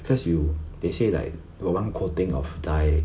because you they say like got one quoting of dyeing